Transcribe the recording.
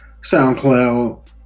SoundCloud